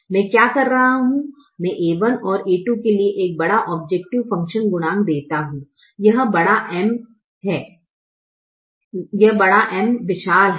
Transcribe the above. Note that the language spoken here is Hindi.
मैं क्या कर रहा हू मैं a1 और a2 के लिए एक बड़ा औब्जैकटिव फंकशन गुणांक देता हूं यह बड़ा M विशाल है